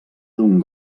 d’un